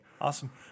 Awesome